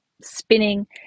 spinning